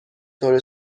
طور